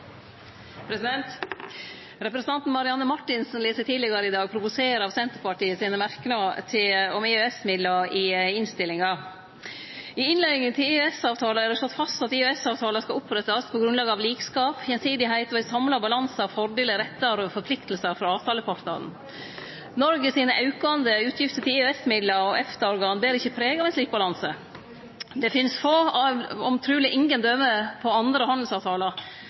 President: Olemic Thommessen Stortinget fortsetter behandlingen av sakene nr. 1–5 på dagsorden nr. 29. Representanten Marianne Marthinsen lét seg tidlegare i dag provosere av Senterpartiet sine merknader om EØS-midlar i innstillinga. I innleiinga til EØS-avtalen er det slått fast at EØS-avtalen skal opprettast på grunnlag av likskap, gjensidigheit og ein samla balanse av fordelar, rettar og plikter frå avtalepartane. Noreg sine aukande utgifter til EØS-midlar og EFTA-organ ber ikkje preg av ein slik balanse. Det finst få – truleg ingen – døme